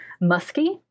musky